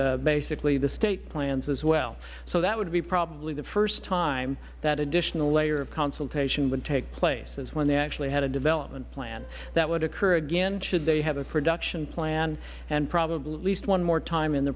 with basically the state plans as well so that would be probably the first time that additional layer of consultation would take place is when they actually had a development plan that would occur again should they have a production plan and at least one more time in the